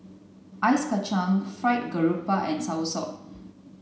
ice kachang fried garoupa and soursop